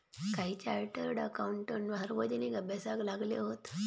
काही chartered accountant सार्वजनिक अभ्यासाक लागले हत